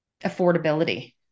affordability